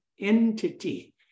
entity